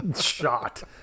shot